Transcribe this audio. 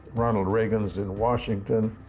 ronald reagan's in washington,